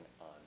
on